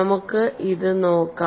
നമുക്ക് ഇത് നോക്കാം